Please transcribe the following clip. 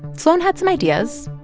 sloan had some ideas.